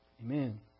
Amen